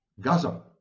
gaza